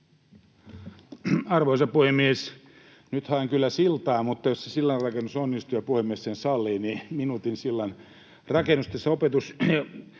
Arvoisa puhemies! Nyt haen kyllä siltaa. Jos se sillanrakennus onnistuu ja puhemies sen sallii, niin minuutin sillanrakennus. Tässä opetus‑